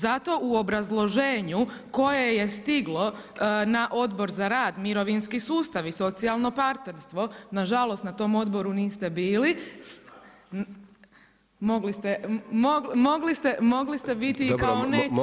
Zato u obrazloženju koje je stiglo na Odbor za rad, mirovinski sustav i socijalno partnerstvo, nažalost na tom odboru niste bili, …… [[Upadica se ne čuje.]] mogli ste biti kao ne član.